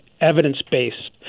evidence-based